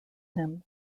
him